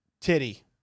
titty